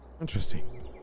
interesting